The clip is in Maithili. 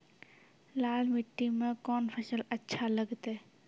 लाल मिट्टी मे कोंन फसल अच्छा लगते?